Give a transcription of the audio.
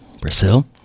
Brazil